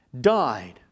Died